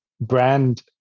brand